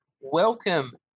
Welcome